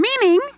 Meaning